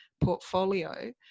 portfolio